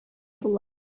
була